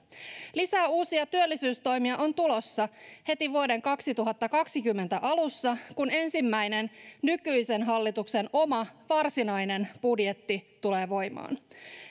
lisää uusia työllisyystoimia on tulossa heti vuoden kaksituhattakaksikymmentä alussa kun nykyisen hallituksen ensimmäinen oma varsinainen budjetti tulee voimaan